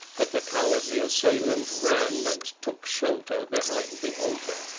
but the cowardly assailant ran and took shelter behind the altar.